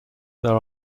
there